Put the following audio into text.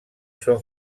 són